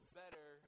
better